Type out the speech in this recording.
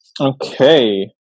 Okay